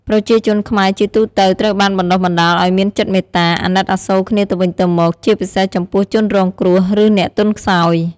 ប្រជាជនខ្មែរជាទូទៅត្រូវបានបណ្ដុះបណ្ដាលឱ្យមានចិត្តមេត្តា អាណិតអាសូរគ្នាទៅវិញទៅមក ជាពិសេសចំពោះជនរងគ្រោះ ឬអ្នកទន់ខ្សោយ។